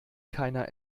keiner